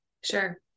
Sure